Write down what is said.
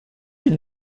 your